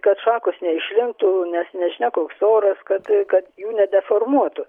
kad šakos neišlinktų nes nežinia koks oras kad kad jų nedeformuotų